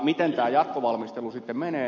miten tämä jatkovalmistelu sitten menee